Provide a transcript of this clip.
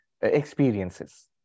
experiences